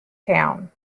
town